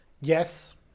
Yes